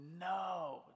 no